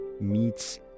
meets